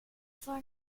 for